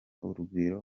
urugwiro